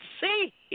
see